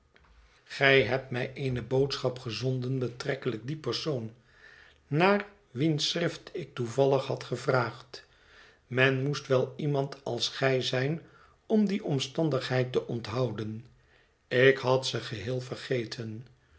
gij hebt mij eene boodschap gezonden betrekkelijk dien persoon naar wiens schrift ik toevallig had gevraagd men moest wel iemand als gij zijn om die omstandigheid te onthouden ik had ze geheel vergeten